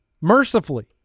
mercifully